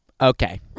Okay